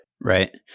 Right